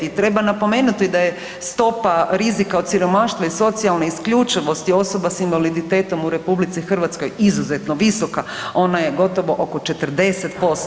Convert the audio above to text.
I treba napomenuti da je stopa rizika od siromaštva i socijalne isključivosti osoba s invaliditetom u RH izuzetno visoka, ona je gotovo oko 40%